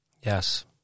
Yes